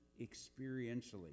experientially